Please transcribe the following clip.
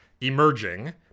emerging